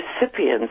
recipients